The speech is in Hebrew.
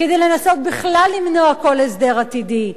כדי לנסות בכלל למנוע כל הסדר עתידי,